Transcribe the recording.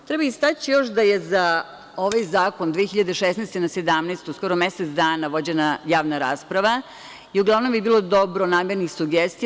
Treba istaći još da je za ovaj zakon 2016. na 2017. skoro mesec dana vođena javna rasprava i uglavnom je bilo dobronamernih sugestija.